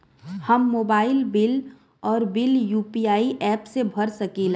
हम mobile bill और bill UPI app से भर सकिला